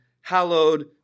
hallowed